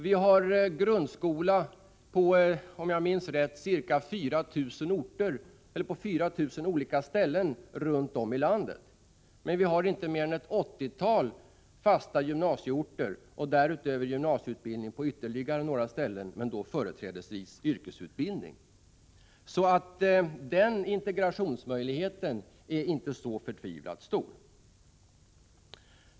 Vi har grundskola på, om jag minns rätt, ca 4 000 olika ställen runt om i landet, men vi har inte mer än ett 80-tal fasta gymnasieskoleorter och därutöver gymnasieutbildning på ytterligare några ställen, men då företrädesvis yrkesutbildning. Integrationsmöjligheterna är alltså inte speciellt stora.